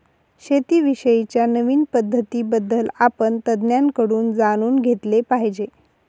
शेती विषयी च्या नवीन पद्धतीं बद्दल आपण तज्ञांकडून जाणून घेतले पाहिजे